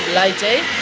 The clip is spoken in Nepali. लाई चाहिँ